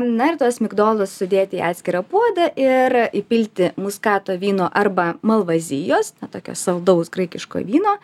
na ir tuos migdolus sudėti į atskirą puodą ir įpilti muskato vyno arba malvazijos na tokio saldaus graikiško vyno